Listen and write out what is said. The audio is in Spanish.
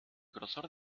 grosor